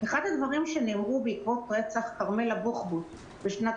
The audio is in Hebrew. אחד הדברים שנראו בעקבות רצח כרמלה בוחבוט בשנת